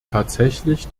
tatsächlich